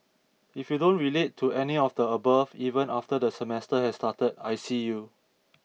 if you don't relate to any of the above even after the semester has started I see you